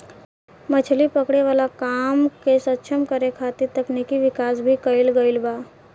मछली पकड़े वाला काम के सक्षम करे खातिर तकनिकी विकाश भी कईल गईल बा